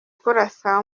kurasa